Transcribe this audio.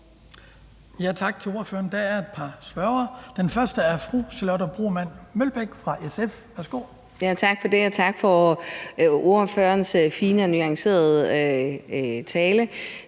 Tak til ordføreren. Der er et par spørgere. Den første er fru Charlotte Broman Mølbæk fra SF. Værsgo. Kl. 17:45 Charlotte